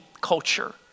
culture